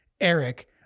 Eric